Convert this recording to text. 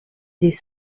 des